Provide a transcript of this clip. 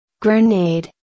Grenade